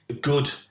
good